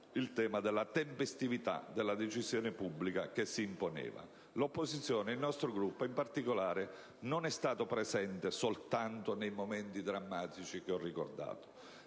il tema della tempestività della decisione pubblica che si imponeva. L'opposizione, e il nostro Gruppo in particolare, non è stata presente soltanto nei momenti drammatici che ho ricordato.